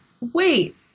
Wait